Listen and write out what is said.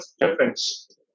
difference